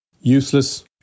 Useless